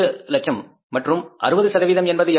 700000 மற்றும் 60 சதவீதம் என்பது எவ்வளவு